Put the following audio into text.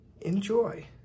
enjoy